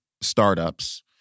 startups